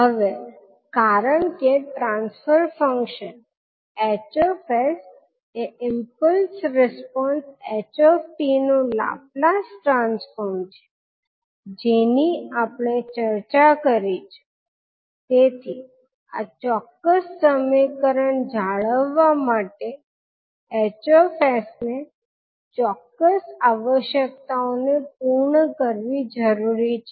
હવે કારણ કે ટ્રાન્સફર ફંક્શન 𝐻𝑠 એ ઈમ્પલ્સ રિસ્પોન્સ ℎ𝑡 નું લાપ્લાસ ટ્રાન્સફોર્મ છે જેની આપણે ચર્ચા કરી છે તેથી આ ચોક્કસ સમીકરણ જાળવવા માટે 𝐻𝑠 ને ચોક્કસ આવશ્યકતાઓને પૂર્ણ કરવી જરૂરી છે